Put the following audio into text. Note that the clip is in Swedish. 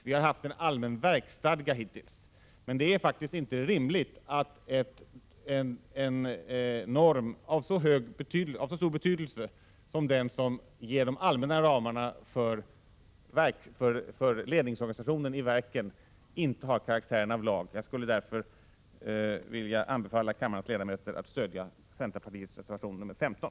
Vi har haft en allmän verksstadga hittills, men det är faktiskt inte rimligt att en norm av så stor betydelse som den som ger de allmänna ramarna för ledningsorganisationen i verken inte har karaktären av lag. Jag skulle därför vilja anbefalla kammarens ledamöter att stödja centerpartiets reservation nr 15.